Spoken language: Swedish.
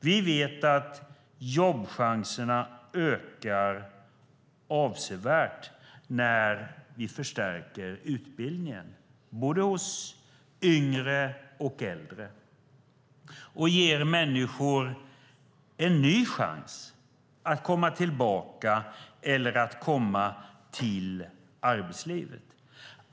Vi vet att jobbchanserna ökar avsevärt när vi förstärker utbildningen, både hos yngre och hos äldre, och det ger människor en ny chans att komma tillbaka eller att komma till arbetslivet.